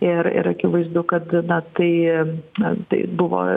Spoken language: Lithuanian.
ir ir akivaizdu kad na tai na tai buvo